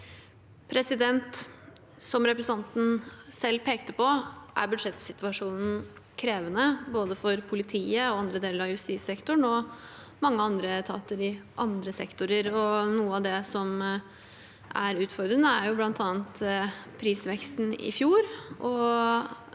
ten selv pekte på, er budsjettsituasjonen krevende for både politiet og andre deler av justissektoren og mange andre etater i andre sektorer. Noe av det som er utfordrende, er bl.a. prisveksten i fjor.